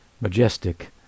majestic